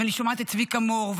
ואני שומעת את צביקה מור,